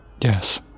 Yes